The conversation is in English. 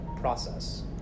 process